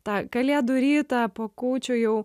tą kalėdų rytą po kūčių jau